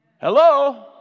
Hello